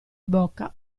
bocca